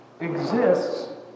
exists